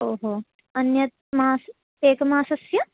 ओ हो अन्यत् मास एकमासस्य